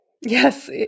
Yes